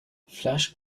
flash